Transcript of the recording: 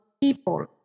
people